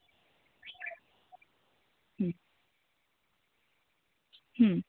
ᱦᱩᱸ